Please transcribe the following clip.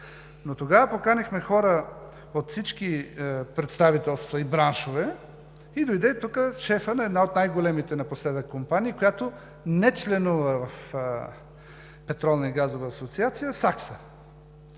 Тогава поканихме хора от всички представителства и браншове и дойде тук шефът на една от най-големите напоследък компании, която не членува в петролна и газова асоциация –